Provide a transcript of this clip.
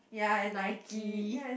Nike